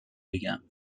بگم